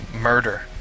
Murder